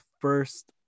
first